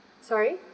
sorry